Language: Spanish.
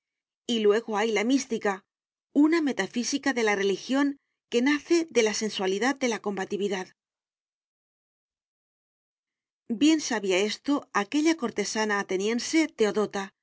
y luego hay la mística una metafísica de la religión que nace de la sensualidad de la combatividad bien sabía esto aquella cortesana ateniense teodota